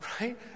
Right